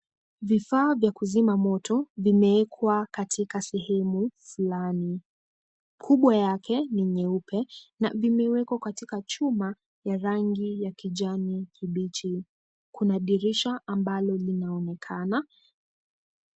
Vifaa vya kuzima moto, vimeekwa katika sehemu fulani. Kubwa yake ni nyeupe, na vimewekwa katika chuma ya rangi ya kijani kibichi. Kuna dirisha ambalo linaonekana,